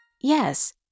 Yes